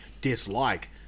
dislike